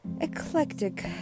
eclectic